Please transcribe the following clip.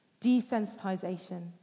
desensitization